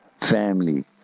family